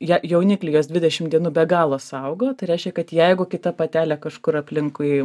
ją jauniklį jos dvidešim dienų be galo saugo tai reiškia kad jeigu kita patelė kažkur aplinkui